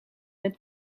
het